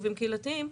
יישובים קהילתיים.